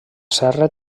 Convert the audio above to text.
serra